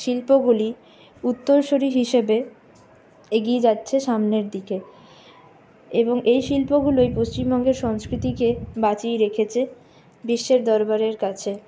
শিল্পগুলি উত্তরসূরি হিসেবে এগিয়ে যাচ্ছে সামনের দিকে এবং এই শিল্পগুলোই পশ্চিমবঙ্গের সংস্কৃতিকে বাঁচিয়ে রেখেছে বিশ্বের দরবারের কাছে